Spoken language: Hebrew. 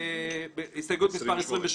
הסתייגות מספר 28: